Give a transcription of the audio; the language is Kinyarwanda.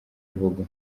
ivugwa